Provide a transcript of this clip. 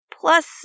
plus